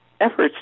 efforts